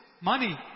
Money